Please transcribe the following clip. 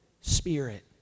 spirit